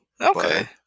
okay